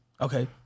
Okay